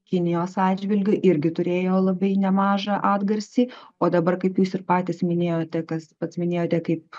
kinijos atžvilgiu irgi turėjo labai nemažą atgarsį o dabar kaip jūs ir patys minėjote kas pats minėjote kaip